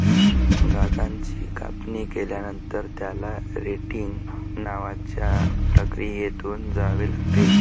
गांजाची कापणी केल्यानंतर, त्याला रेटिंग नावाच्या प्रक्रियेतून जावे लागते